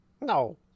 No